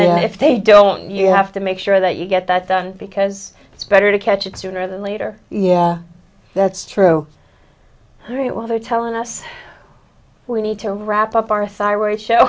should if they don't you have to make sure that you get that done because it's better to catch it sooner than later yeah that's true all right well they're telling us we need to wrap up our osiris show